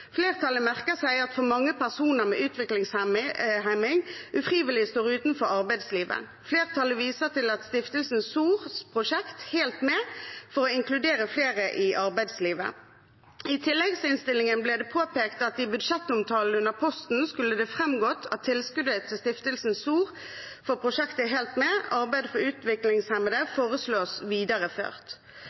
Flertallet merker seg at for mange personer med utviklingshemning ufrivillig står utenfor arbeidslivet. Flertallet viser til stiftelsen SORs prosjekt HELT MED for å inkludere flere i arbeidslivet. I tilleggsinnstillingen ble det påpekt at i budsjettomtalen under posten skulle det framgått at tilskuddet til stiftelsen SOR for prosjektet HELT MED – Arbeid for utviklingshemmede foreslås videreført.